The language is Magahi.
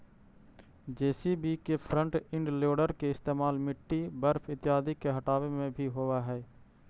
जे.सी.बी के फ्रन्ट इंड लोडर के इस्तेमाल मिट्टी, बर्फ इत्यादि के हँटावे में भी होवऽ हई